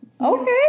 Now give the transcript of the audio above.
okay